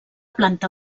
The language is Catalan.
planta